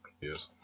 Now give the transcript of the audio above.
Yes